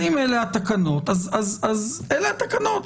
אם אלה התקנות, אז אלה התקנות.